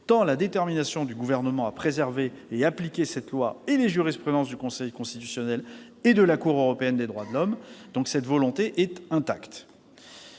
tant la détermination du Gouvernement à préserver et appliquer cette loi et les jurisprudences du Conseil constitutionnel et de la Cour européenne des droits de l'homme est intacte.